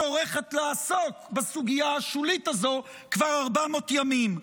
טורחת לעסוק בסוגיה השולית הזו כבר 400 ימים.